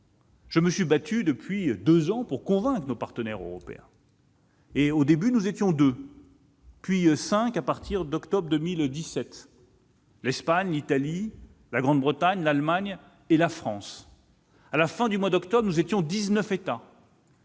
Je me suis battu, depuis 2017, pour convaincre nos partenaires européens. Au début, nous étions deux pays, puis cinq, dès l'automne de 2017 : l'Espagne, l'Italie, la Grande-Bretagne, l'Allemagne et la France. À la fin du mois d'octobre, nous étions dix-neuf États.